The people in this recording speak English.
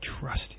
trust